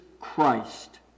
Christ